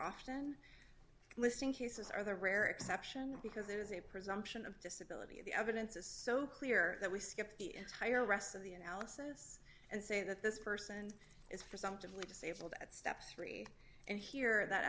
often listen cases are the rare exception because there is a presumption of disability the evidence is so clear that we skip the entire rest of the analysis and say that this person is for something we disabled at step three and here that